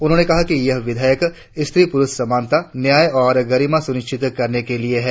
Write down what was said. उन्होंने कहा कि यह विधेयक स्त्री प्रुष समानता न्याय और गरिमा सुनिश्वित करने के लिए है